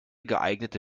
geeignete